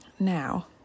Now